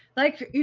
like you